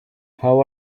how